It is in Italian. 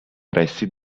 pressi